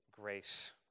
grace